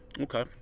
Okay